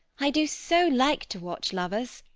i do so like to watch lovers.